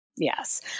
Yes